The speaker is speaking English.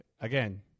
again